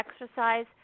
exercise